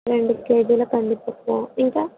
రెండు కేజీల కందిపప్పు ఇంకా